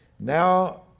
Now